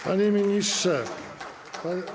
Panie ministrze.